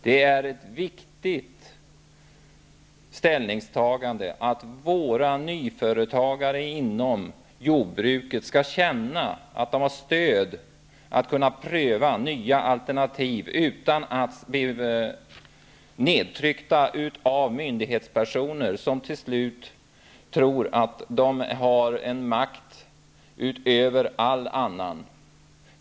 Det är ett viktigt ställningstagande att våra nyföretagare inom jordbruket skall känna att de har stöd för att pröva nya alternativ utan att bli nedtryckta av myndighetspersoner som till slut tror att de har makt utöver all annan.